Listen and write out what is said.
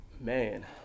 Man